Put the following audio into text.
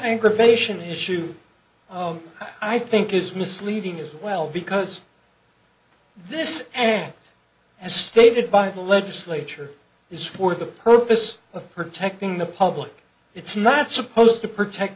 vacation issue i think is misleading as well because this hand as stated by the legislature is for the purpose of protecting the public it's not supposed to protect